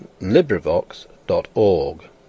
LibriVox.org